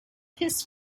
his